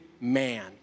man